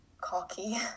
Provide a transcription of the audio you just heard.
cocky